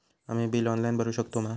आम्ही bill online भरुक शकतू मा?